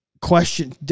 question